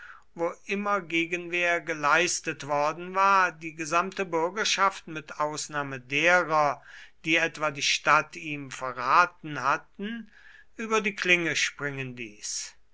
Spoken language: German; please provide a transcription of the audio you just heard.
wo immer gegenwehr geleistet worden war die gesamte bürgerschaft mit ausnahme derer die etwa die stadt ihm verraten hatten über die klinge springen ließ